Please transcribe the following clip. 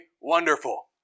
wonderful